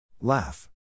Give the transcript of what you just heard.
Laugh